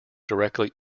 directly